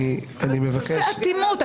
אני מבקש --- איזו אטימות.